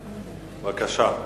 בבקשה.